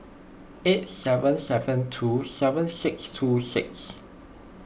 eight seven seven two seven six two six